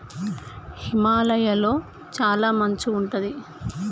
హిమాలయ లొ చాల మంచు ఉంటది